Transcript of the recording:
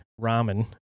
ramen